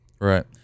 right